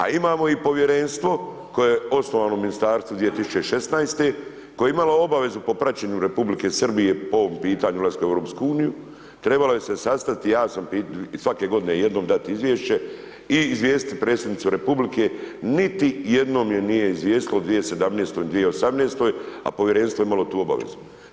A imao i povjerenstvo koje je osnovano u ministarstvu 2016. koje je imalo obavezu po praćenju Republike Srbije po ovom pitanju ulaska u EU trebalo je se sastati, ja sam, svake godine jednom dat izvješće i izvijestit predsjednicu republike, niti jednom je nije izvijestilo u 2017., u 2018., a povjerenstvo je imalo tu obavezu.